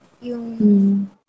yung